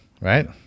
right